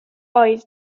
oedd